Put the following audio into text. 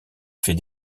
fait